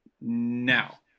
now